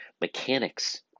mechanics